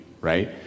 right